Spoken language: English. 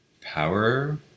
power